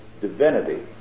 divinity